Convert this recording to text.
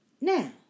Now